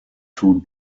two